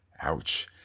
Ouch